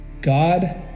God